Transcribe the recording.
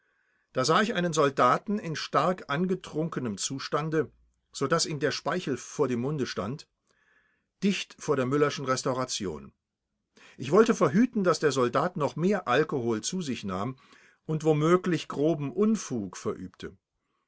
da sah ich einen soldaten in stark angetrunkenem zustande so daß ihm der speichel vor dem munde stand dicht vor der müllerschen restauration ich wollte verhüten daß der soldat noch mehr alkohol zu sich nahm und womöglich groben unfug verübte